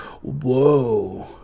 whoa